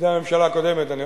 על-ידי הממשלה הקודמת.